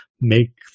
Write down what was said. make